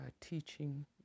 teaching